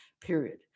period